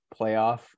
playoff